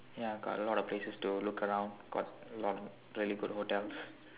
ya got a lot of places to look around got a lot of really good hotels